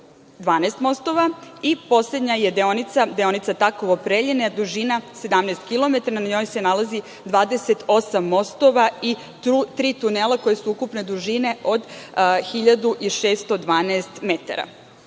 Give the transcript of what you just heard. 12 mostova. Poslednja deonica je deonica Takovo – Preljine, dužine 17 kilometara, na njoj se nalazi 28 mostova i tri tunela koja su ukupne dužine od 1612 metara. Ono